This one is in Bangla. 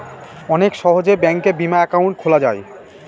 অনেক সহজে ব্যাঙ্কে বিমা একাউন্ট খোলা যায়